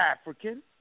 African